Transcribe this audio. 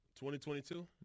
2022